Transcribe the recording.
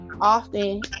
often